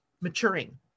maturing